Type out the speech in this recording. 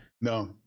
No